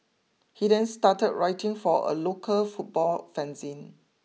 he then started writing for a local football fanzine